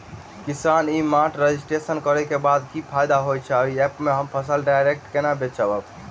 किसान e mart registration करै केँ बाद की फायदा होइ छै आ ऐप हम फसल डायरेक्ट केना बेचब?